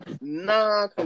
Nah